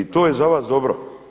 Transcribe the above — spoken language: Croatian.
I to je za vas dobro?